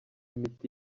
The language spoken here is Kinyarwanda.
imiti